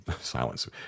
silence